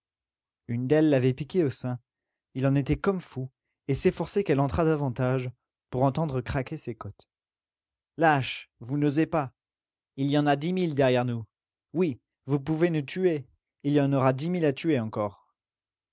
une d'elles l'avait piqué au sein il en était comme fou et s'efforçait qu'elle entrât davantage pour entendre craquer ses côtes lâches vous n'osez pas il y en a dix mille derrière nous oui vous pouvez nous tuer il y en aura dix mille à tuer encore